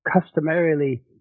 customarily